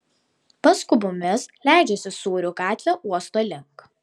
paskubomis leidžiuosi sūrių gatve uosto link